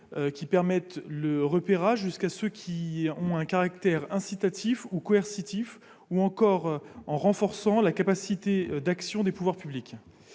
qui permettent le repérage jusqu'à ceux qui ont un caractère incitatif ou coercitif, et renforcer la capacité d'action des pouvoirs publics.